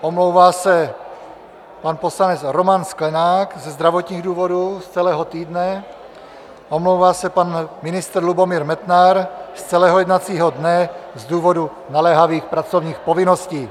omlouvá se pan poslanec Roman Sklenák ze zdravotních důvodů z celého týdne, omlouvá se pan ministr Lubomír Metnar z celého jednacího dne z důvodu naléhavých pracovních povinností.